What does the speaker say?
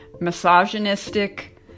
misogynistic